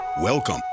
Welcome